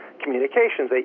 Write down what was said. communications